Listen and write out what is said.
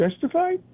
justified